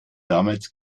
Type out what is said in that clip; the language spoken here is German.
damals